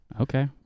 Okay